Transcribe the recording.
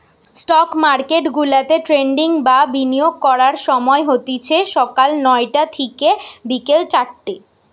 stock মার্কেটগুলাতে trading বা বিনিয়োগ করার সময় হতিছে সকাল নয়টা থিকে বিকেল চারটে